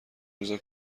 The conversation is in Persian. روزا